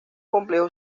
complejo